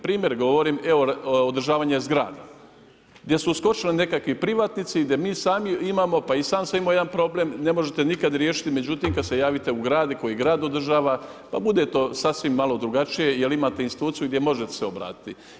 Primjer govorim, evo održavanje zgrada gdje su uskočili nekakvi privatnici, gdje mi sami imamo pa i sam sam imao jedan problem, ne možete nikad riješiti međutim kad se javite u grad i koji grad održava, pa bude to sasvim malo drugačije jer imate instituciju gdje možete se obratiti.